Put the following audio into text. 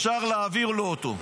אפשר להעביר לו אותו.